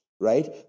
Right